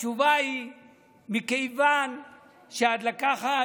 התשובה היא מכיוון שהדלקה,